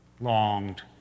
longed